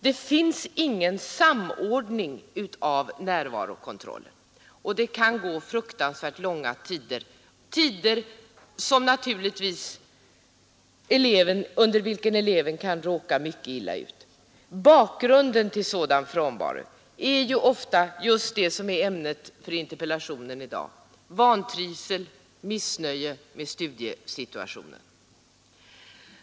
Det finns ingen samordning av närvarokontrollen, och det kan gå fruktansvärt långa tider, under vilka eleven naturligtvis kan råka mycket illa ut. Bakgrunden till sådan frånvaro är ofta just det som är ämnet för interpellationen i dag: vantrivsel och missnöje med studiesituationen.